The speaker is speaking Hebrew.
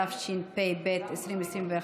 התשפ"ב 2021,